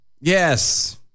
yes